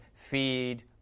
feed